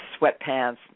sweatpants